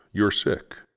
your sick,